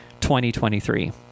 2023